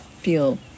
feel